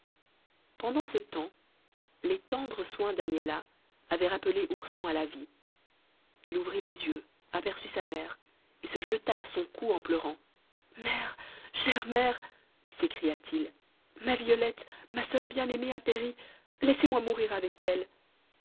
pendant ce temps les tendres soins d'agnella avaient rappelé ourson à la vie il ouvrit les yeux aperçut sa mère et se jeta à son cou en pleurant mère chère mère s'écria-t-il ma violette ma soeur bien-aimée a péri laissez-moi mourir avec elle